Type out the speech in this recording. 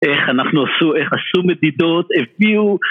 איך אנחנו עשו, איך עשו מדידות, הביאו...